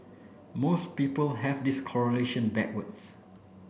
most people have this correlation backwards